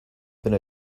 been